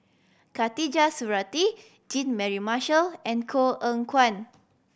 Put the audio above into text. Khatijah Surattee Jean Mary Marshall and Koh Eng Kian